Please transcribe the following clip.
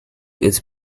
its